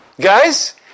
Guys